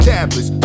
Tablets